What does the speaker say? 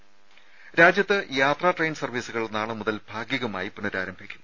ദരദ രാജ്യത്ത് യാത്രാ ട്രെയിൻ സർവ്വീസുകൾ നാളെ മുതൽ ഭാഗികമായി പുനരാരംഭിക്കും